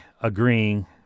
agreeing